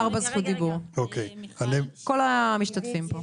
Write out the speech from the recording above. זכות דיבור, ארבע זכות דיבור, לכל המשתתפים פה.